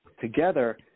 together